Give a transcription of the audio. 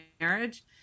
marriage